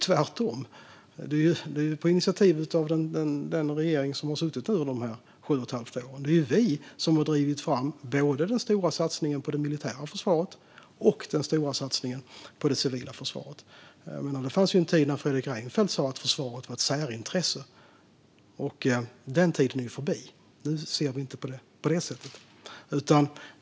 Tvärtom är det på initiativ av den regering som har suttit i sju och ett halvt år. Det är vi som har drivit fram den stora satsningen på det militära försvaret och den stora satsningen på det civila försvaret. Det fanns en tid när Fredrik Reinfeldt sa att försvaret var ett särintresse. Den tiden är förbi, och nu ser vi inte på frågan på det sättet.